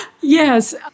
Yes